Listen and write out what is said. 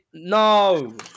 No